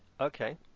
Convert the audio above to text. Okay